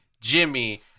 Jimmy